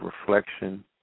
reflection